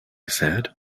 said